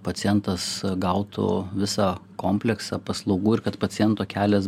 pacientas gautų visą kompleksą paslaugų ir kad paciento kelias